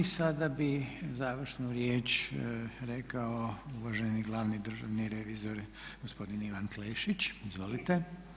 I sada bi završnu riječ rekao uvaženi glavni državni revizor gospodin Ivan Klešić, izvolite.